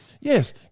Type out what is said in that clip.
Yes